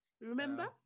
Remember